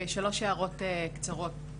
שלוש הערות קצרות,